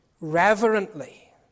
reverently